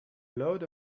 load